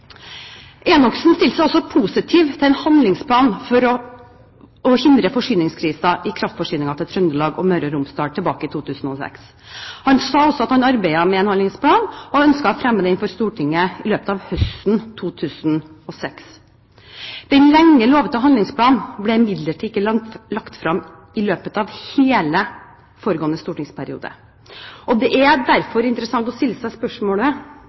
Enoksen stilte seg også positiv til en handlingsplan for å hindre forsyningskrise i kraftforsyningen til Trøndelag og Møre og Romsdal tilbake i 2006. Han sa også at han arbeidet med en handlingsplan og ønsket å fremme denne for Stortinget i løpet av høsten 2006. Den lenge lovte handlingsplanen ble imidlertid ikke lagt frem i løpet av hele foregående stortingsperiode. Det er derfor interessant å stille spørsmålet